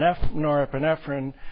norepinephrine